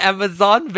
Amazon